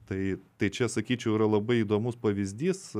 tai tai čia sakyčiau yra labai įdomus pavyzdys